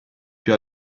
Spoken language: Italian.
più